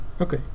Okay